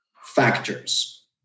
factors